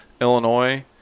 Illinois